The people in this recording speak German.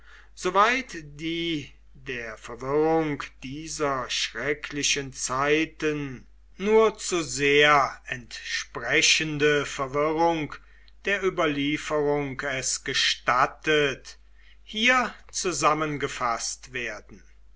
die der verwirrung dieser schrecklichen zeiten nur zu sehr entsprechende verwirrung der überlieferung es gestattet hier zusammengefaßt werden